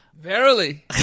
Verily